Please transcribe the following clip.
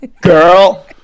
girl